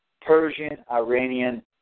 Persian-Iranian